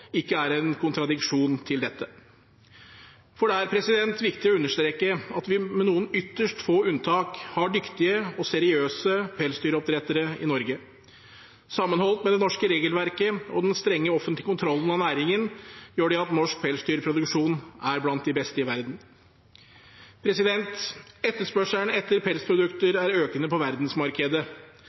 ikke er en kontradiksjon til dette. For det er viktig å understreke at vi med noen ytterst få unntak har dyktige og seriøse pelsdyroppdrettere i Norge. Sammenholdt med det norske regelverket og den strenge offentlige kontrollen av næringen gjør det at norsk pelsdyrproduksjon er blant de beste i verden. Etterspørselen etter pelsprodukter er økende på verdensmarkedet,